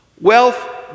Wealth